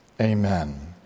Amen